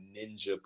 ninja